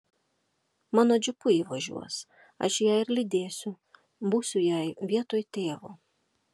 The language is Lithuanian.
mano džipu ji važiuos aš ją ir lydėsiu būsiu jai vietoj tėvo